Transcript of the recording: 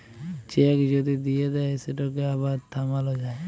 cheque যদি দিঁয়ে দেই সেটকে আবার থামাল যায়